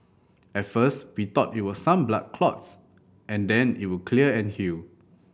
at first we thought it was some blood clots and then it would clear and heal